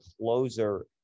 closer